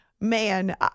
man